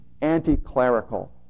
anti-clerical